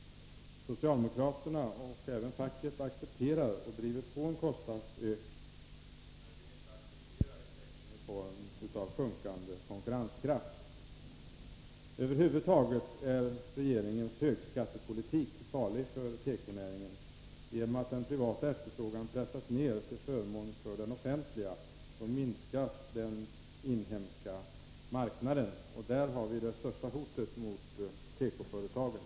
Socialdemokraterna och även facket accepterar och driver på en kostnadsökning. Man vill inte acceptera effekter i form av sjunkande konkurrenskraft. Över huvud taget är regeringens högskattepolitik farlig för tekonäringen. Genom att den privata efterfrågan pressas ned till förmån för den offentliga minskas den inhemska marknaden. Där har vi det största hotet mot tekoföretagen.